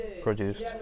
produced